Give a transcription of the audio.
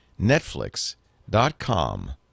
Netflix.com